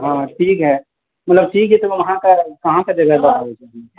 हँ ठीक है ठीक छै अहाँके जगह पर आबय छी